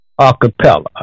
Acapella